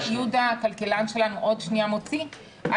יהודה הכלכלן שלנו עוד רגע מוציא.